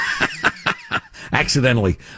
Accidentally